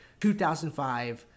2005